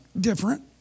different